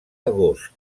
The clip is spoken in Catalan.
agost